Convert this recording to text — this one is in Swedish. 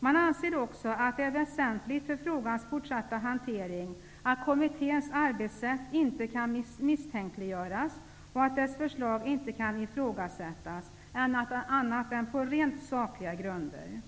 Man anser också att det är väsentligt för frågans fortsatta hantering att kommitténs arbetssätt inte kan misstänkliggöras och att dess förslag inte kan ifrågasättas annat än på rent sakliga grunder.